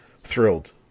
thrilled